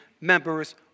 members